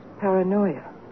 paranoia